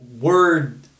word